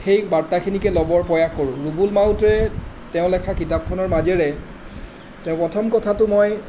সেই বাৰ্তাখিনিকে ল'বৰ প্ৰয়াস কৰোঁ ৰুবুল মাউতে তেওঁ লেখা কিতাপখনৰ মাজেৰে তেওঁৰ প্ৰথম কথাটো মই